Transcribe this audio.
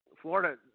Florida